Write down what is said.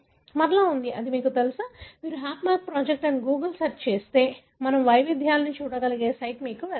మరలా ఉంది మీకు తెలుసా మీరు హ్యాప్మ్యాప్ ప్రాజెక్ట్ అనే గూగుల్ సెర్చ్ ఇస్తే మనము వైవిధ్యాలను చూడగలిగే సైట్కు మీరు వెళ్తారు